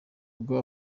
ubwo